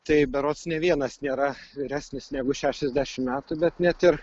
tai berods nė vienas nėra vyresnis negu šešiasdešim metų bet net ir